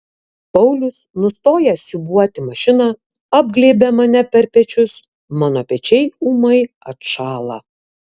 paulius nustojęs siūbuoti mašiną apglėbia mane per pečius mano pečiai ūmai atšąla